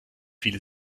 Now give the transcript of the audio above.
viele